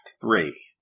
three